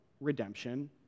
redemption